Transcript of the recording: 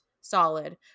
solid